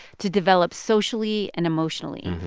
to develop socially and emotionally.